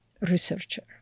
researcher